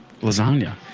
Lasagna